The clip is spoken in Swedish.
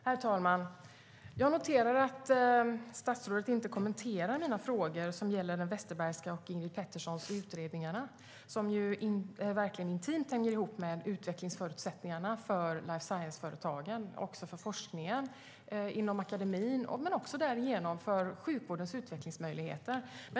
Herr talman! Jag noterar att statsrådet inte kommenterar mina frågor om den Westerbergska utredningen och Ingrid Peterssons utredning. De hänger verkligen intimt ihop med utvecklingsförutsättningarna för life science-företagen, för forskningen inom akademin och för sjukvårdens utvecklingsmöjligheter.